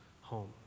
home